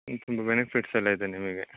ತುಂಬ ಬೆನಿಫಿಟ್ಸ್ ಎಲ್ಲ ಇದೆ ನಿಮಗೆ